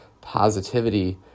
positivity